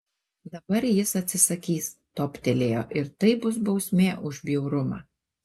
dabar jis atsisakys toptelėjo ir tai bus bausmė už bjaurumą